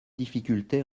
difficulté